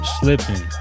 slipping